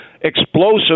explosive